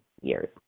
years